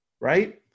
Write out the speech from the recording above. right